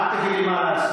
אל תגיד לי מה לעשות.